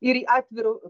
ir atviru